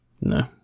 No